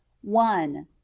One